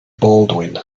baldwin